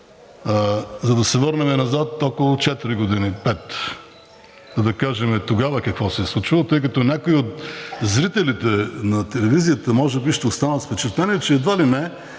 за да се върнем назад, около четири-пет години. Да кажем тогава какво се е случвало, тъй като някои от зрителите на телевизията може би ще останат с впечатление, че едва ли не